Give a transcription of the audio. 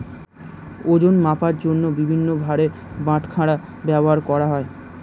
ওজন মাপার জন্য বিভিন্ন ভারের বাটখারা ব্যবহার করা হয়